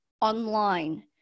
online